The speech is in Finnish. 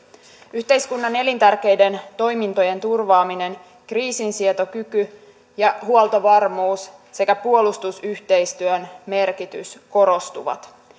yhteiskunnan elintärkeiden toimintojen turvaaminen kriisinsietokyky ja huoltovarmuus sekä puolustusyhteistyön merkitys korostuvat